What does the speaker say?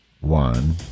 one